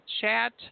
chat